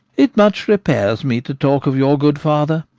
it much repairs me to talk of your good father.